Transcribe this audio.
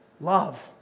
love